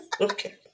Okay